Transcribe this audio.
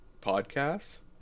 podcasts